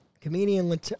Comedian